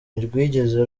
ntirwigeze